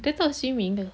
dia tahu swimming ke